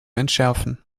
entschärfen